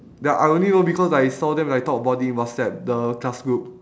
ya I only know because I saw them like talk about it in whatsapp the class group